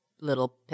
little